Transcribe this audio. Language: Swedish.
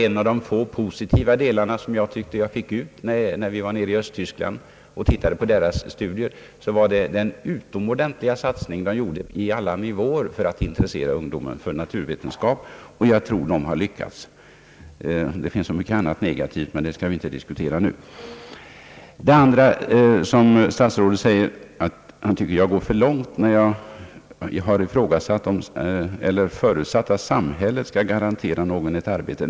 Ett av de positiva intryck jag fick när vi var i Östtyskland och såg på ut bildningen var den utomordentliga satsningen på alla nivåer för att intressera ungdomen för naturvetenskap. Jag tror att man där har lyckats. Det finns så mycket annat där som är negativt, men det skall vi inte diskutera nu. Statsrådet säger att jag går för långt när jag förutsätter att samhället skall garantera någon ett arbete.